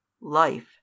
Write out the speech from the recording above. life